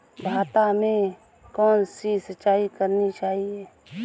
भाता में कौन सी सिंचाई करनी चाहिये?